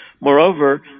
moreover